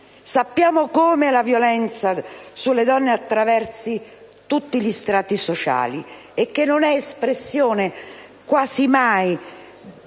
Sappiamo come la violenza sulle donne attraversi tutti gli strati sociali e sappiamo che non è espressione quasi mai